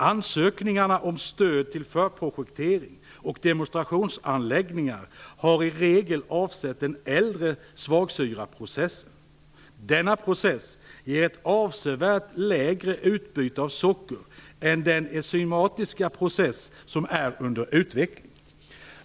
Ansökningarna om stöd till förprojektering och demonstrationsanläggningar har i regel avsett den äldre svagsyraprocessen. Denna process ger ett avsevärt lägre utbyte av socker än den enzymatiska process som är under utveckling.